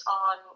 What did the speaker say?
on